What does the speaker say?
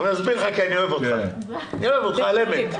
אני מסביר לך, כי אני אוהב אותך על אמת.